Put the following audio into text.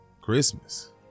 Christmas